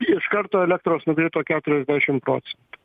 iš karto elektros nukrito keturiasdešim procentų